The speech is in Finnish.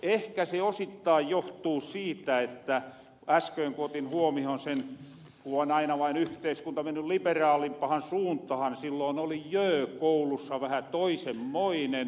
ehkä se osittain johtuu siitä äskön otin huomiohon sen kun on aina vaan yhteiskunta menny liberaalimpahan suuntaan jotta silloin oli jöö koulussa vähän toisenmoinen